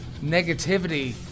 negativity